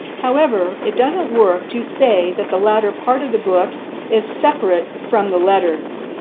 however, it doesn't work to say that the latter part of the book is separate from the letters.